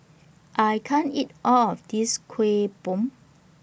I can't eat All of This Kuih Bom